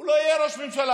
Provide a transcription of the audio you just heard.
הוא לא יהיה ראש הממשלה,